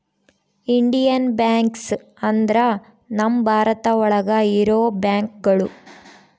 Indian banks ಅಂದ್ರ ನಮ್ ಭಾರತ ಒಳಗ ಇರೋ ಬ್ಯಾಂಕ್ಗಳು